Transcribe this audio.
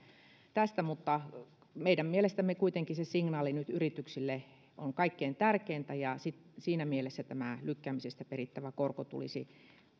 tästä mutta meidän mielestämme kuitenkin se signaali yrityksille on nyt kaikkein tärkeintä ja siinä mielessä lykkäämisestä perittävä korko tulisi